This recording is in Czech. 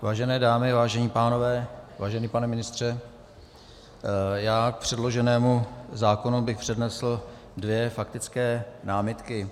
Vážené dámy, vážení pánové, vážený pane ministře, já bych k předloženému zákonu přednesl dvě faktické námitky.